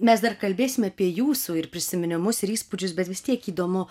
mes dar kalbėsim apie jūsų ir prisiminimus ir įspūdžius bet vis tiek įdomu